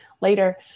later